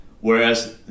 Whereas